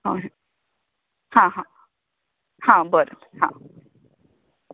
होय हां हां हां बरें बरें हां